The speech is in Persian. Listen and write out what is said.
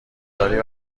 داری